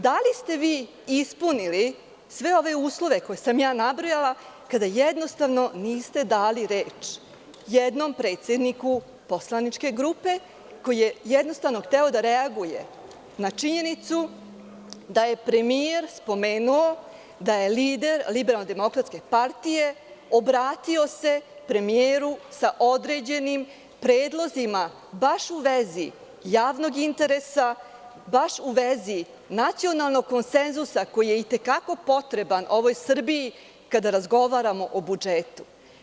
Da li ste vi ispunili sve ove uslove koje sam ja nabrojala kada niste dali reč jednom predsedniku poslaničke grupe koji je hteo da reaguje na činjenicu da je premijer spomenuo da se lider LDP obratio premijeru sa određenim predlozima baš u vezi javnog interesa, baš u vezi nacionalnog konsenzusa, koji je i te kako potreban ovoj Srbiji kada razgovaramo o budžetu?